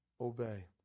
obey